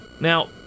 Now